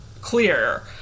clear